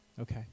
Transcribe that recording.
Okay